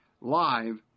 live